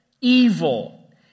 evil